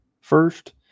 first